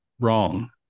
wrong